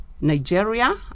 Nigeria